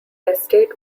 estate